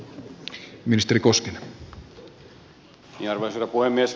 arvoisa herra puhemies